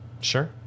Sure